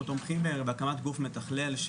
אנחנו תומכים בהקמת גוף מתכלל.